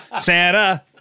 Santa